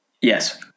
Yes